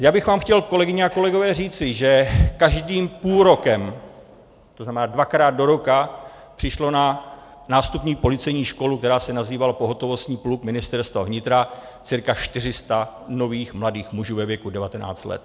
Já bych vám chtěl, kolegové a kolegyně, říci, že každým půlrokem, to znamená dvakrát do roka, přišlo na nástupní policejní školu, která se nazývala Pohotovostní pluk Ministerstva vnitra, cca 400 nových mladých mužů ve věku 19 let.